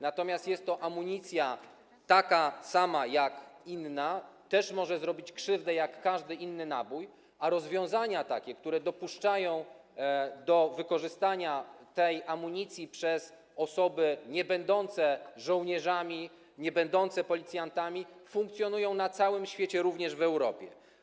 Natomiast jest to amunicja taka jak inne, też może zrobić krzywdę jak każdy inny nabój, a rozwiązania, które dopuszczają wykorzystanie tej amunicji przez osoby niebędące żołnierzami, niebędące policjantami, funkcjonują na całym świecie, również w Europie.